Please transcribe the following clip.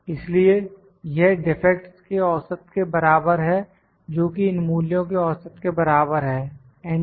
इसलिए यह डिफेक्ट्स के औसत के बराबर है जोकि इन मूल्यों के औसत के बराबर है एंटर